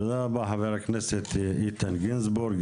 תודה רבה, חבר הכנסת איתן גינזבורג.